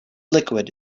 liquid